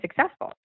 successful